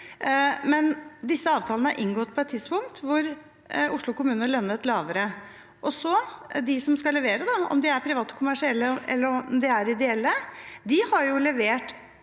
Disse avtalene er inngått på et tidspunkt hvor Oslo kommune lønnet lavere, og de som skal levere, om de er private kommersielle eller